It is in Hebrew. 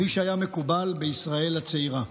כפי שהיה מקובל בישראל הצעירה.